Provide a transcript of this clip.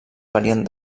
varien